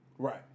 Right